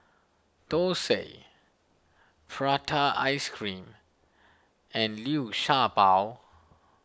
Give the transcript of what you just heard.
Thosai Prata Ice Cream and Liu Sha Bao